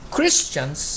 Christians